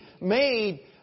made